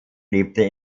lebte